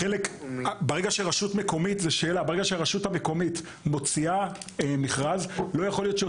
ברגע שהרשות המקומית מוציאה מכרז לא יכול להיות שהיא